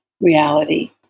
reality